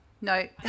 No